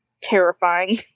terrifying